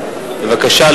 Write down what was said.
בבקשה,